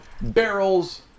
barrels